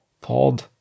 pod